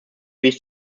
sich